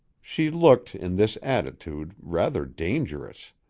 she looked, in this attitude, rather dangerous.